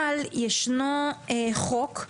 אבל ישנו חוק,